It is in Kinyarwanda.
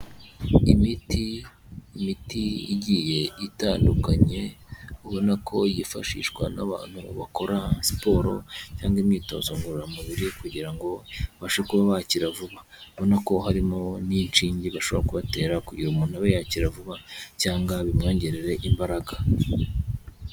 Imiti, imiti igiye itandukanye ubona ko yifashishwa n'abantu bakora siporo cyangwa imyitozo ngororamubiri, kugira ngo babashe kuba bakira vuba, urabona ko harimo n'inshinge bashobora kubatera kugira umuntu abe yakira vuba cyangwa bimwongererere imbaraga.